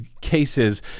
cases